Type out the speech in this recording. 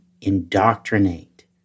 indoctrinate